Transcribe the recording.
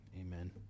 amen